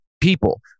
people